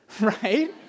right